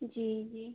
जी जी